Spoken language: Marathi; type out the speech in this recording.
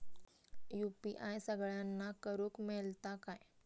यू.पी.आय सगळ्यांना करुक मेलता काय?